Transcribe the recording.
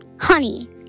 Honey